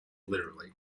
literally